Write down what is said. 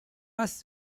must